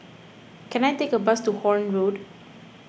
can I take a bus to Horne Road